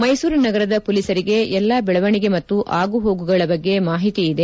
ಮೈಸೂರು ನಗರದ ಪೊಲೀಸರಿಗೆ ಎಲ್ಲಾ ಬೆಳವಣಿಗೆ ಮತ್ತು ಆಗು ಹೋಗುಗಳ ಬಗ್ಗೆ ಮಾಹಿತಿ ಇದೆ